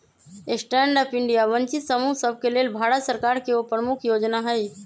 stand up India वंचित समूह सभके लेल भारत सरकार के एगो प्रमुख जोजना हइ